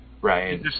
Right